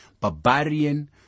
barbarian